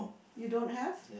you don't have